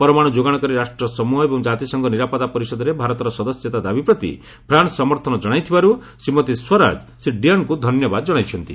ପରମାଣୁ ଯୋଗାଣକାରୀ ରାଷ୍ଟ୍ର ସମ୍ବହ ଏବଂ କାତିସଂଘ ନିରାପତ୍ତା ପରିଷଦରେ ଭାରତର ସଦସ୍ୟତା ଦାବି ପ୍ରତି ଫ୍ରାନ୍ସ ସମର୍ଥନ ଜଣାଇଥିବାରୁ ଶ୍ରୀମତୀ ସ୍ୱରାଜ ଶ୍ରୀ ଡ୍ରିୟାନ୍ଙ୍କୁ ଧନ୍ୟବାଦ ଜଣାଇଛନ୍ତି